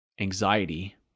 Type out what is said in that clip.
anxiety